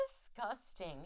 disgusting